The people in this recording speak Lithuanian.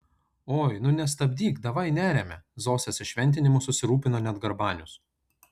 oi nu nestabdyk davaj neriame zosės įšventinimu susirūpino net garbanius